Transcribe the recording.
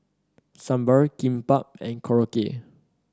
Sambar Kimbap and Korokke